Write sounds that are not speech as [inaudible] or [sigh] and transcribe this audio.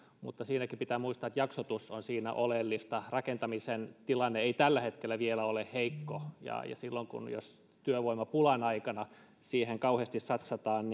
mutta siinäkin pitää muistaa että jaksotus on siinä oleellista rakentamisen tilanne ei tällä hetkellä vielä ole heikko ja ja silloin jos työvoimapulan aikana siihen kauheasti satsataan [unintelligible]